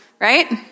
right